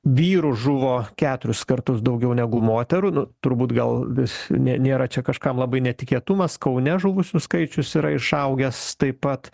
vyrų žuvo keturis kartus daugiau negu moterų nu turbūt gal vis ne nėra čia kažkam labai netikėtumas kaune žuvusių skaičius yra išaugęs taip pat